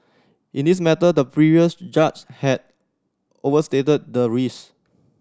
in this matter the previous judge had overstated the risk